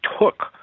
took